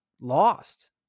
lost